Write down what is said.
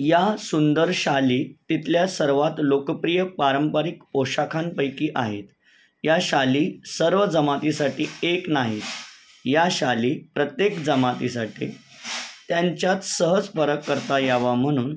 या सुंदर शाली तिथल्या सर्वात लोकप्रिय पारंपरिक पोशाखांपैकी आहेत या शाली सर्व जमातीसाठी एक नाहीत या शाली प्रत्येक जमातीसाठी त्यांच्यात सहज फरक करता यावा म्हणून